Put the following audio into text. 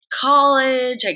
college